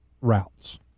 routes